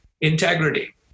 integrity